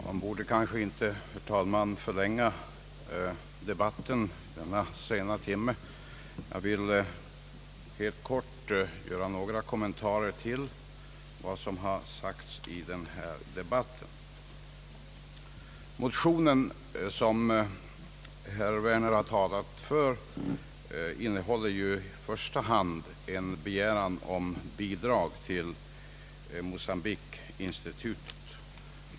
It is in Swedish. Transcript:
Herr talman! Jag skall inte mycket förlänga debatten denna sena timme. Jag vill helt kort göra några kommentarer till vad som här har framhållits. Den motion som herr Werner talat för innehåller i första hand en begäran om bidrag till Mocambique-institutet.